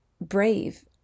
brave